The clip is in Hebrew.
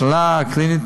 השנה הקלינית,